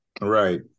Right